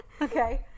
Okay